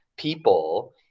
people